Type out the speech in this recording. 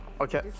Okay